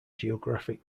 geographic